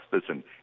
listen